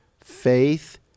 faith